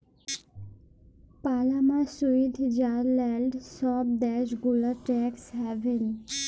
Panama, Switzerland ছব দ্যাশ গুলা ট্যাক্স হ্যাভেল